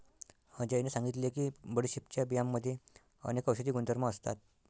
अजयने सांगितले की बडीशेपच्या बियांमध्ये अनेक औषधी गुणधर्म असतात